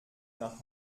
nach